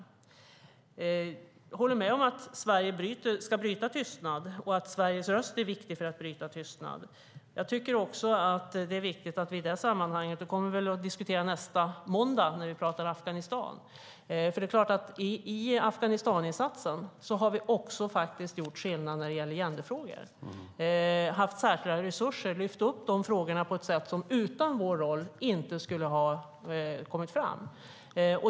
Jag håller med om att Sverige ska bryta tystnad och att Sveriges röst är viktig för att bryta tystnad. Detta kommer vi att diskutera nästa måndag när vi ska debattera om Afghanistan. I Afghanistaninsatsen har vi faktiskt gjort skillnad också när det gäller genderfrågor och haft särskilda resurser och lyft fram dessa frågor på ett sätt som utan vår roll inte skulle ha kommit fram.